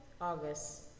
august